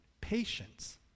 patience